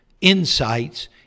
insights